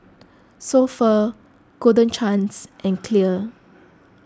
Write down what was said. So Pho Golden Chance and Clear